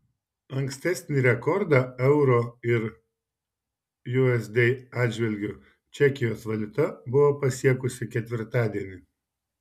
ankstesnį rekordą euro ir usd atžvilgiu čekijos valiuta buvo pasiekusi ketvirtadienį